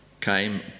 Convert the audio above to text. came